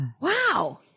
Wow